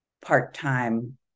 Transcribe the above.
part-time